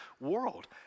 world